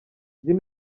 uyu